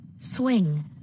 Swing